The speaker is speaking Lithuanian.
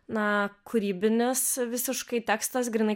na kūrybinis visiškai tekstas grynai